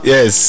Yes